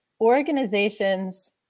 organizations